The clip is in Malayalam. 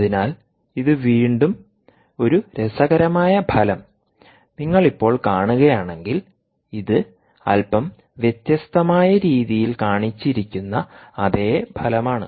അതിനാൽ ഇത് വീണ്ടും ഒരു രസകരമായ ഫലം നിങ്ങൾ ഇപ്പോൾ കാണുകയാണെങ്കിൽ ഇത് അല്പം വ്യത്യസ്തമായ രീതിയിൽ കാണിച്ചിരിക്കുന്ന അതേ ഫലമാണ്